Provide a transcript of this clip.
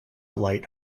light